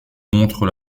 montrent